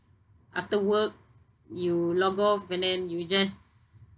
after work you log off and then you just